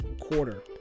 quarter